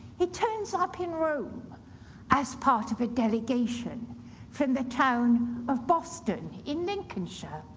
he turns up in rome as part of a delegation from the town of boston in lincolnshire,